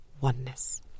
oneness